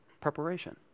preparation